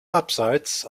abseits